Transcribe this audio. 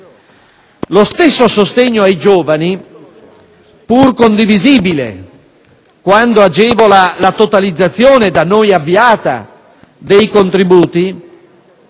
Lo stesso sostegno ai giovani, pur condivisibile quando agevola la totalizzazione da noi avviata dei contributi